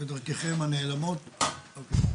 ברור, בדרככם הנעלמות, הבנתי.